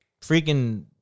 freaking